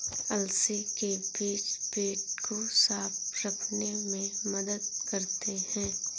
अलसी के बीज पेट को साफ़ रखने में मदद करते है